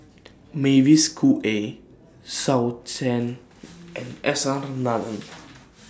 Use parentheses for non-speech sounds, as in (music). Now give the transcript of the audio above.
Mavis Khoo Oei (unintelligible) and S R Nathan (noise)